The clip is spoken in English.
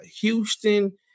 Houston